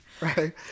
Right